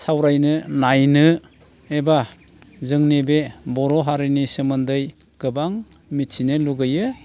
सावरायनो नायनो एबा जोंनि बे बर' हारिनि सोमोन्दै गोबां मिथिनो लुबैयो